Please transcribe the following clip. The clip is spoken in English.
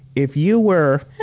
if you were,